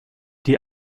die